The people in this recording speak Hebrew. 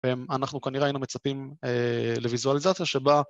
ואנחנו כנראה היינו מצפים לויזואליזציה שבה...